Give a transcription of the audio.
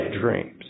dreams